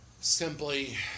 simply